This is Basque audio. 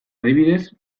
adibidez